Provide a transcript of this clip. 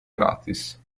gratis